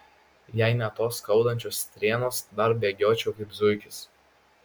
jei ne tos skaudančios strėnos dar bėgiočiau kaip zuikis